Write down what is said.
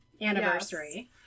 anniversary